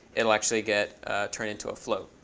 it'll actually get turned into a float.